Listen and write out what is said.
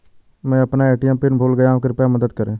मैं अपना ATM PIN भूल गया हूँ कृपया मदद करें